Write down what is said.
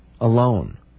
alone